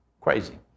crazy